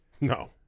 No